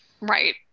Right